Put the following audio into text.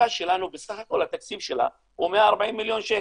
היחידה שלנו בסך הכול התקציב שלה הוא 140 מיליון שקל,